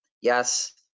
Yes